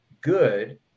good